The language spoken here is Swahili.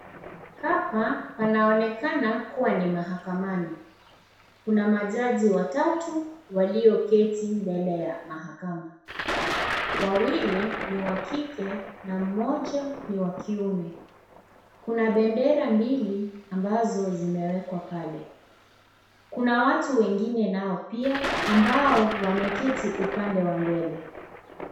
Hapa panaonekana kuwa ni mahakamani. Kuna majaji watatu, walioketi mbele ya mahakama. Wawili ni wa kike na mmoja ni wa kiume. Kuna bendera mbili ambazo zimewekwa pale. Kuna watu wengine nao pia ambao, wameketi upande wa mbele.